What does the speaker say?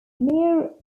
emir